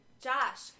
Josh